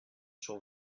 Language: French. sur